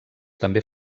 també